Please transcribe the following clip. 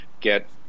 get